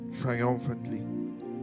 triumphantly